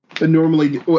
normally